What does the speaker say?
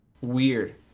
weird